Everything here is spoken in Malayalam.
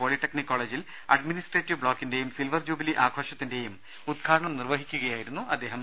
പോളിടെക്നിക് കോളജിൽ അഡ്മിനിസ്ട്രേറ്റീവ് ബ്ലോക്കിന്റെയും സിൽവർ ജൂബിലി ആഘോഷത്തിന്റെയും ഉദ്ഘാടനം നിർവഹിക്കുകയായിരുന്നു അദ്ദേഹം